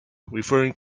referring